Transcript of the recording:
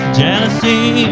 jealousy